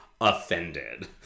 offended